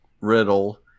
riddle